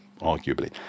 arguably